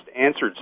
answered